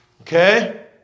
Okay